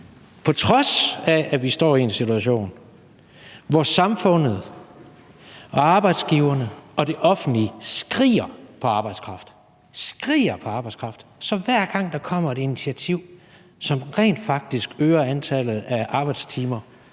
på trods af at vi står i en situation, hvor samfundet og arbejdsgiverne og det offentlige skriger på arbejdskraft – skriger på arbejdskraft! Så hver gang der kommer et initiativ, som rent faktisk øger antallet af arbejdstimer,